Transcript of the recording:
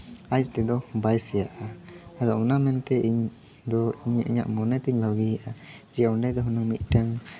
ᱟᱡ ᱛᱮᱫᱚ ᱵᱟᱭ ᱥᱮᱭᱟᱜᱼᱟ ᱟᱫᱚ ᱚᱱᱟ ᱢᱮᱱᱛᱮ ᱤᱧᱫᱚ ᱤᱧᱟᱹᱜ ᱢᱚᱱᱮ ᱛᱤᱧ ᱵᱷᱟᱹᱵᱤᱭᱮᱫᱼᱟ ᱡᱮ ᱚᱸᱰᱮ ᱫᱚ ᱦᱩᱱᱟᱹᱝ ᱢᱤᱫᱴᱟᱹᱝ